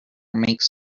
makes